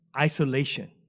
isolation